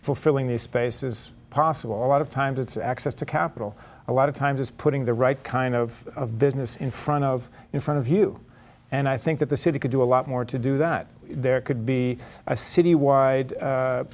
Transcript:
fulfilling the space is possible a lot of times it's access to capital a lot of times it's putting the right kind of business in front of in front of you and i think that the city could do a lot more to do that there could be a city wide